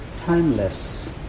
timeless